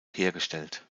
hergestellt